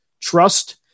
trust